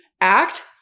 act